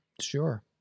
Sure